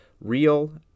real